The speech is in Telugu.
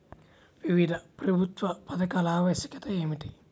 వివిధ ప్రభుత్వా పథకాల ఆవశ్యకత ఏమిటి?